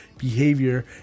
Behavior